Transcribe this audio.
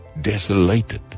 desolated